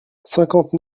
cinquante